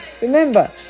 Remember